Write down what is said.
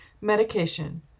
medication